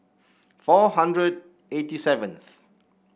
four hundred eighty seventh